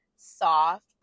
soft